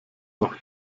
noch